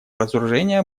разоружения